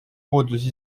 puudus